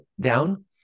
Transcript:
down